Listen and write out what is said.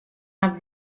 have